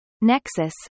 Nexus